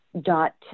dot